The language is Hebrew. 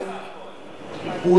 למה "השר כהן"?